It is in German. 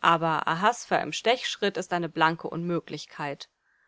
aber ahasver im stechschritt ist eine blanke unmöglichkeit